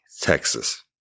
Texas